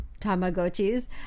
Tamagotchis